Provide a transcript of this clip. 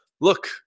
look